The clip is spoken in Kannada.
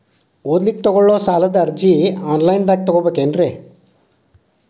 ಓದಲಿಕ್ಕೆ ತಗೊಳ್ಳೋ ಸಾಲದ ಅರ್ಜಿ ಆನ್ಲೈನ್ದಾಗ ತಗೊಬೇಕೇನ್ರಿ?